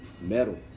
Metal